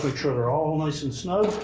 but sure they're all nice and snug